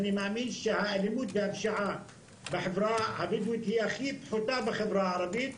אני מאמין שהאלימות והפשיעה בחברה הבדואית הוא הכי נמוך בחברה הערבית.